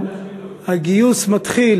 הגיוס מתחיל